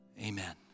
amen